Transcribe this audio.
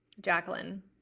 Jacqueline